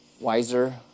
wiser